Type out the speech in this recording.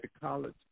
college